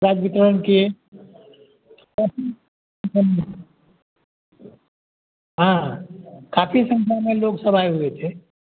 prize वितरण किए काफी प्रसन्न हाँ काफी संख्या में लोग सब आए हुए थे